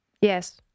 Yes